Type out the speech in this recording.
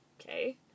okay